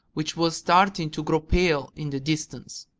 which was starting to grow pale in the distance.